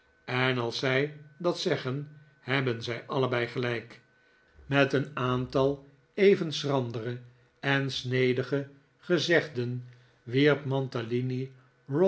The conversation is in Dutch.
en als zij dat zeggen hebhen zij allebei gelijk met nog een aantal even schrandere en snedige gezegden